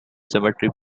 symmetry